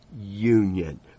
union